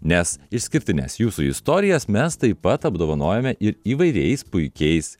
nes išskirtines jūsų istorijas mes taip pat apdovanojome ir įvairiais puikiais